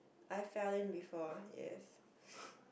I fell in before yes